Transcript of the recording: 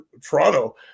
toronto